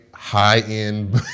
high-end